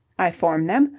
i form them.